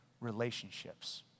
relationships